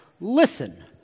Listen